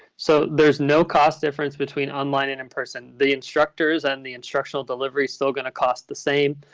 so there's no cost difference between online and in person. the instructors and the instructional delivery is still going to cost the same.